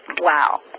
wow